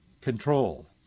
control